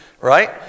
right